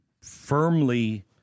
firmly